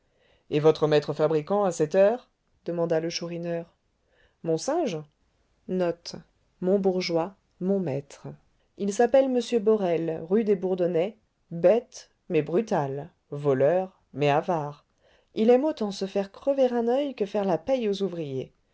et votre maître fabricant à cette heure demanda le chourineur mon singe il s'appelle m borel rue des bourdonnais bête mais brutal voleur mais avare il aime autant se faire crever un oeil que faire la paye aux ouvriers